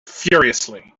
furiously